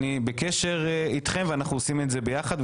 אני בקשר איתכם ואנחנו עושים את זה ביחד,